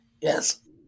Yes